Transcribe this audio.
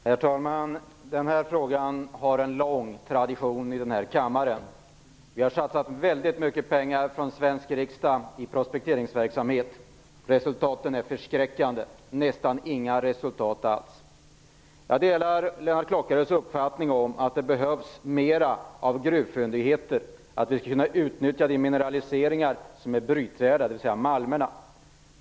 Herr talman! Den här frågan har en lång tradition i denna kammare. Vi har här i den svenska riksdagen satsat väldigt mycket pengar på prospekteringsverksamhet. Facit är förskräckande: nästan inga resultat alls. Jag delar Lennart Klockares uppfattning att det behövs mer av gruvfyndigheter för att kunna utnyttja de mineraliseringar som är brytvärda, dvs. malmerna.